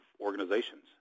organizations